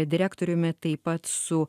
direktoriumi taip pat su